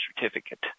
certificate